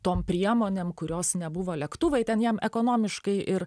tom priemonėm kurios nebuvo lėktuvai ten jam ekonomiškai ir